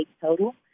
total